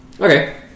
Okay